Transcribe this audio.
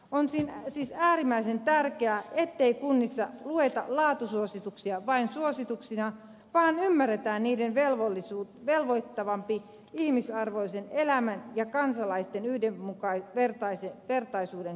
on siis äärimmäisen tärkeää ettei kunnissa lueta laatusuosituksia vain suosituksina vaan ymmärretään niiden velvoittavuus ihmisarvoisen elämän ja kansalaisten yhdenvertaisuuden kannalta